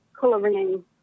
colouring